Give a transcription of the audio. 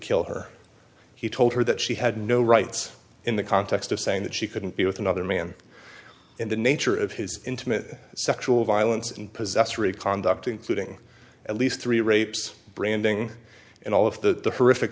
kill her he told her that she had no rights in the context of saying that she couldn't be with another man in the nature of his intimate sexual violence and possessory conduct including at least three rapes branding and all of the